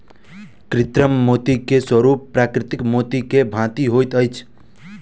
कृत्रिम मोती के स्वरूप प्राकृतिक मोती के भांति होइत अछि